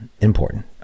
important